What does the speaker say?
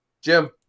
Jim